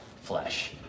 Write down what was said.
flesh